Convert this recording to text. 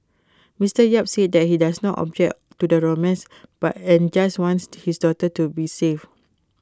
Mr yap say that he does not object to the romance but and just wants his daughter to be safe